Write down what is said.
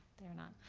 they are not.